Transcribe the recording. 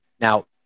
Now